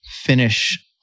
finish